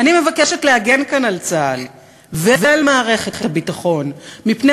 אני מבקשת להגן כאן על צה"ל ועל מערכת הביטחון מפני